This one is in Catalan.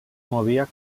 movia